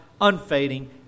unfading